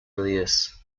alias